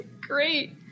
great